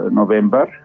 november